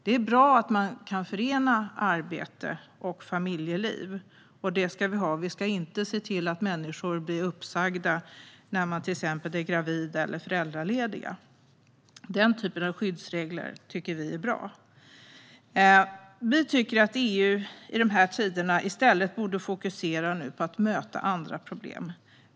Det är bra att man kan förena arbete och familjeliv, och vi ska se till att människor inte blir uppsagda när de till exempel är gravida eller föräldralediga. Den typen av skyddsregler tycker vi är bra. Vi tycker att EU i dessa tider borde fokusera på att möta andra problem.